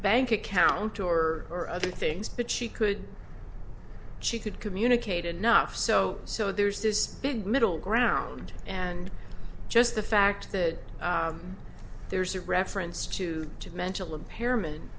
bank account or other things but she could she could communicate enough so so there's this big middle ground and just the fact that there's a reference to two mental impairment